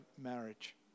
marriage